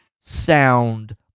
sound